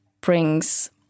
brings